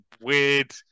weird